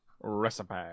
Recipe